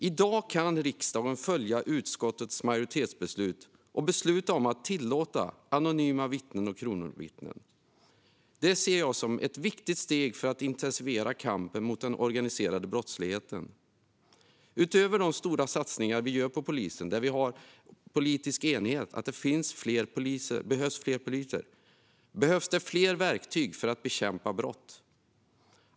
I dag kan riksdagen följa utskottets majoritetsbeslut och besluta om att tillåta anonyma vittnen och kronvittnen. Det ser jag som ett viktigt steg för att intensifiera kampen mot den organiserade brottsligheten. Utöver de stora satsningar vi gör på polisen, där vi har politisk enighet om att det behövs fler poliser, behövs det fler verktyg för att bekämpa brott.